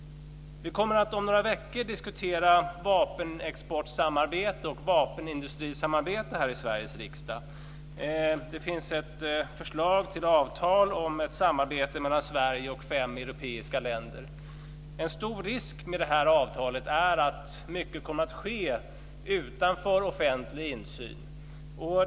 Vi kommer om några veckor att diskutera vapenexportsamarbete och vapenindustrisamarbete här i Sveriges riksdag. Det finns ett förslag till avtal om ett samarbete mellan Sverige och fem europeiska länder. En stor risk med det här avtalet är att mycket kommer att ske utanför offentlig insyn.